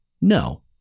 no